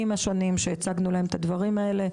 השונים שהצגנו להם את הדברים האלה.